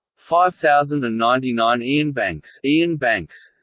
five thousand and ninety nine iainbanks iainbanks